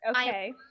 okay